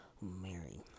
Mary